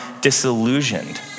disillusioned